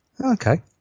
okay